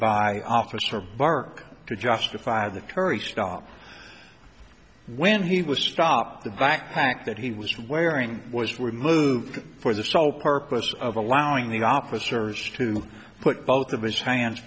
by officer bark to justify the curry stop when he was stopped the backpack that he was wearing was removed for the sole purpose of allowing the opera service to put both of his hands